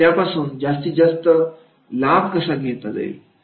त्यापासून जास्तीत जास्त लाभ कसा घेता येईल